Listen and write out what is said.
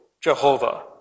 Jehovah